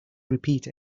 repeat